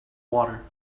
water